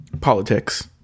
politics